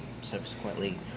subsequently